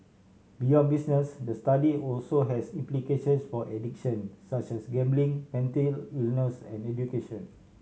beyond business the study also has implications for addiction such as gambling mental illness and education